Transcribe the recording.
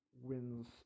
wins